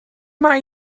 mae